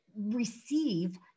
receive